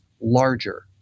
larger